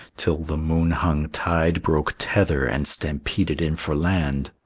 till the moon-hung tide broke tether and stampeded in for land.